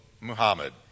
Muhammad